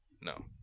no